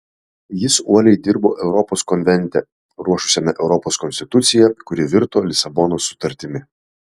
jis uoliai dirbo europos konvente ruošusiame europos konstituciją kuri virto lisabonos sutartimi